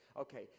Okay